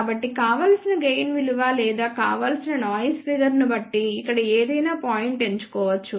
కాబట్టి కావలసిన గెయిన్ విలువ లేదా కావలసిన నాయిస్ ఫిగర్ ను బట్టి ఇక్కడ ఏదైనా పాయింట్ ఎంచుకోవచ్చు